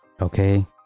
okay